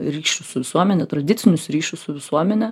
ryšius su visuomene tradicinius ryšius su visuomene